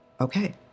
okay